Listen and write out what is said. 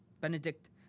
Benedict